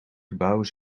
gebouw